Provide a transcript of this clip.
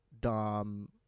Dom